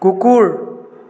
কুকুৰ